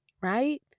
Right